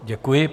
Děkuji.